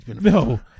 No